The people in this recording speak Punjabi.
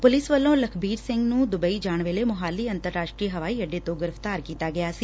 ਪੁਲਿਸ ਵੱਲੋਂ ਲਖਬੀਰ ਸਿੰਘ ਨੂੰ ਦੁਬੱਈ ਜਾਣ ਵੇਲੇ ਮੋਹਾਲੀ ਅੰਤਰ ਰਾਸ਼ਟਰੀ ਹਵਾਈ ਅੱਡੇ ਤੋਂ ਗਿ੍ਫਤਾਰ ਕੀਤਾ ਗਿਆ ਸੀ